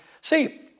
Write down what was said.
See